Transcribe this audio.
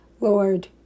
Lord